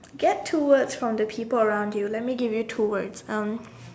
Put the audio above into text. get two words from the people around you let me give you two words um